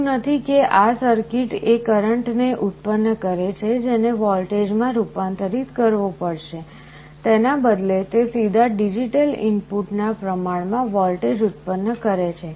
એવું નથી કે આ સર્કિટ એ કરંટને ઉત્પન્ન કરે છે જેને વોલ્ટેજમાં રૂપાંતરિત કરવો પડશે તેના બદલે તે સીધા ડિજિટલ ઇનપુટના પ્રમાણમાં વોલ્ટેજ ઉત્પન્ન કરે છે